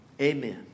Amen